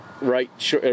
right